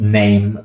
name